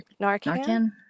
Narcan